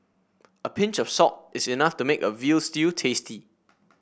a pinch of salt is enough to make a veal stew tasty